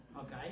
Okay